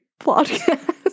podcast